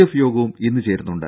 F യോഗവും ഇന്ന് ചേരുന്നുണ്ട്